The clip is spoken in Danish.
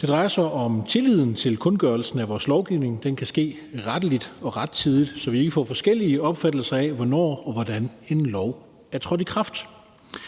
Det drejer sig om tilliden til kundgørelsen af vores lovgivning, så den kan ske retteligt og rettidigt, så vi ikke får forskellige opfattelser af, hvornår og hvordan en lov er trådt i kraft.